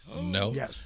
no